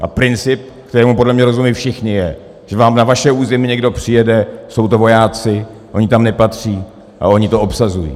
A princip, kterému podle mě rozumí všichni, je, že vám na vaše území někdo přijede, jsou to vojáci, oni tam nepatří a oni to obsazují.